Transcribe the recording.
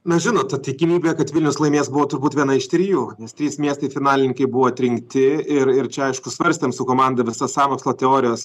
na žinot ta tikimybė kad vilnius laimės buvo turbūt viena iš trijų nes trys miestai finalininkai buvo atrinkti ir ir čia aišku svarstėm su komanda visas sąmokslo teorijas